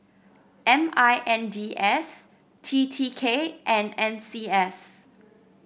M I N D S T T K and N C S